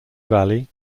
valley